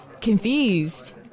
confused